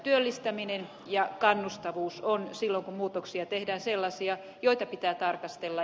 työllistäminen ja kannustavuus ovat silloin kun muutoksia tehdään sellaisia joita pitää tarkastella